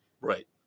Right